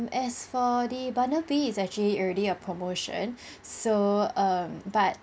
as for the bundle B is actually already a promotion so um but